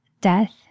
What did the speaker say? death